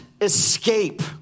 escape